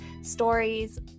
stories